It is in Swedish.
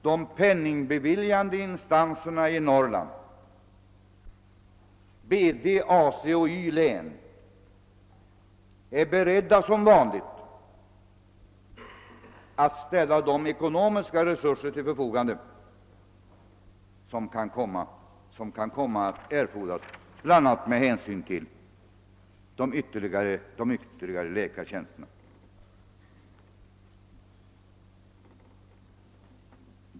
De penningbeviljande instanserna i Norrland — BD-, AC och Y-län — är som vanligt beredda att ställa de ekonomiska resurser till förfogande som kan bli erforderliga bl.a. med hänsyn till de ytterligare läkartjänsterna.